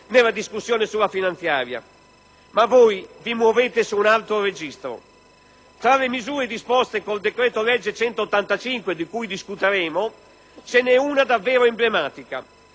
nella discussione sulla finanziaria. Ma voi vi muovete su un altro registro. Tra le misure disposte col decreto-legge n. 185, di cui discuteremo, ce n'è una davvero emblematica.